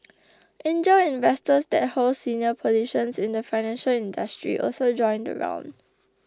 angel investors that hold senior positions in the financial industry also joined the round